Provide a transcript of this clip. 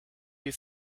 you